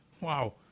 Wow